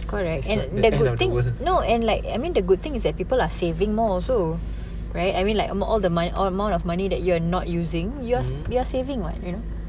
it's like the end of the world is like